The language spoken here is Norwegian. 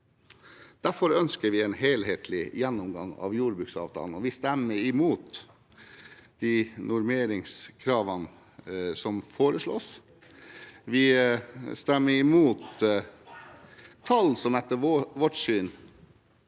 Derfor ønsker vi en helhetlig gjennomgang av jordbruksavtalen, og vi stemmer imot de normeringskravene som foreslås. Vi stemmer imot tall som etter vårt syn